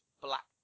black